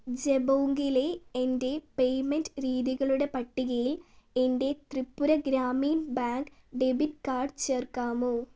ജബോംഗിലെ എൻ്റെ പേയ്മെൻറ്റ് രീതികളുടെ പട്ടികയിൽ എൻ്റെ Tripura Gramin bank debit card ചേർക്കാമോ